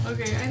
Okay